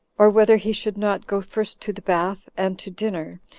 or whether he should not go first to the bath, and to dinner,